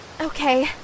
Okay